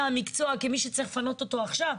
המקצוע כמי שצריך לפנות אותו עכשיו,